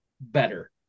better